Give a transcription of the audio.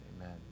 Amen